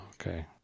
okay